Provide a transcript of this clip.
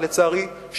לצערי,